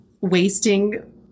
wasting